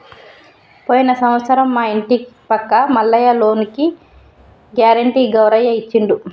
పోయిన సంవత్సరం మా ఇంటి పక్క మల్లయ్య లోనుకి గ్యారెంటీ గౌరయ్య ఇచ్చిండు